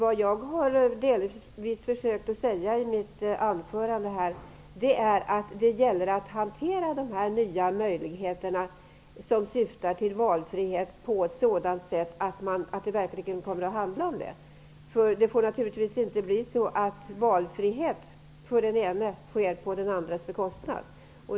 I mitt anförande har jag försökt säga att det gäller att hantera de här nya möjligheterna som syftar till valfrihet på ett sådant sätt att det verkligen kommer att handla om det. Det får naturligtvis inte bli så att valfrihet för den ene sker på den andres bekostnad.